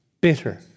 bitter